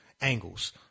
angles